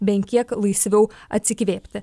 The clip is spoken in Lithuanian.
bent kiek laisviau atsikvėpti